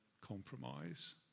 compromise